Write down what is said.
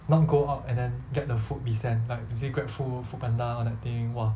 not go out and then get the food be sent like you see grab food food panda that thing !wah!